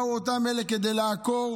באו אותם אלה כדי לעקור,